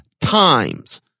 times